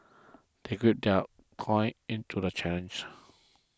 they gird their into the challenge